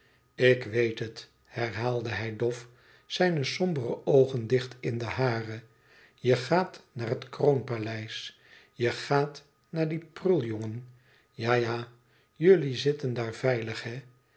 ik weet het herhaalde hij dof zijne sombere oogen dicht in de hare je gaat naar het kroonpaleis je gaat naar dien pruljongen ja ja jullie zitten daar veilig